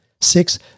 Six